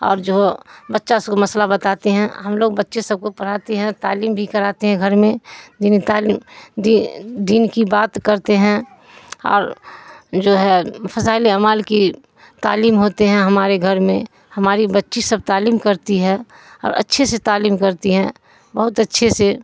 اور جو بچہ سب کو مسئلہ بتاتے ہیں ہم لوگ بچے سب کو پڑھاتے ہیں تعلیم بھی کراتے ہیں گھر میں دینی تعلیم دی دین کی بات کرتے ہیں اور جو ہے فضائل اعمال کی تعلیم ہوتے ہیں ہمارے گھر میں ہماری بچی سب تعلیم کرتی ہے اور اچھے سے تعلیم کرتی ہے بہت اچھے سے